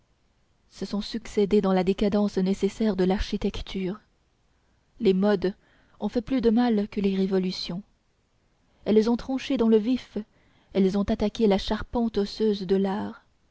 se sont succédé dans la décadence nécessaire de l'architecture les modes ont fait plus de mal que les révolutions elles ont tranché dans le vif elles ont attaqué la charpente osseuse de l'art